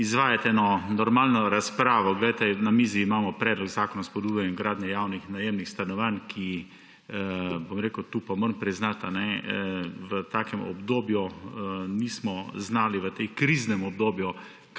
izvajati eno normalno razpravo. Na mizi imamo Predlog zakona o spodbujanju gradnje javnih najemnih stanovanj, ki – bom rekel, tu pa moram priznati –, v takem obdobju nismo znali, v tem kriznem obdobju,